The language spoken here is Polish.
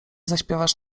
zaśpiewasz